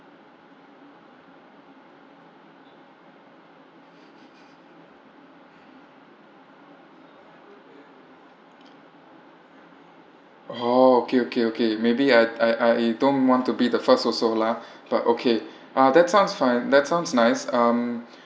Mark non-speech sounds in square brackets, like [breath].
oh okay okay okay maybe I I I don't want to be the first also lah but okay uh that sounds fun that sounds nice um [breath]